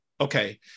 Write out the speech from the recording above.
Okay